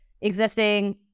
existing